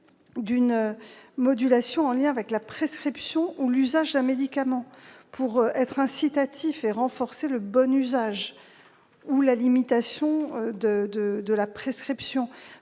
d'une modulation en lien avec la prescription ou l'usage d'un médicament. L'objectif est d'être incitatif et de renforcer le bon usage ou la limitation de la prescription.